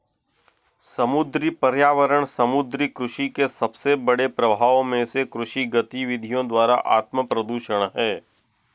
समुद्री पर्यावरण समुद्री कृषि के सबसे बड़े प्रभावों में से कृषि गतिविधियों द्वारा आत्मप्रदूषण है